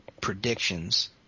predictions